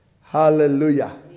Hallelujah